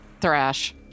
thrash